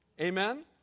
Amen